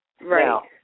Right